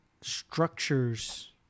structures